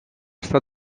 estar